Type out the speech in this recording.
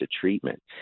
treatment